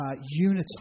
unity